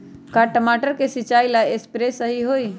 का टमाटर के सिचाई ला सप्रे सही होई?